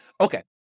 Okay